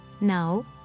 Now